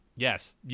Yes